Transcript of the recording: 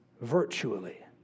virtually